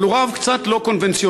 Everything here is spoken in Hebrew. אבל הוא רב קצת לא קונבנציונלי,